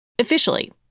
Officially